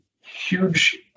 huge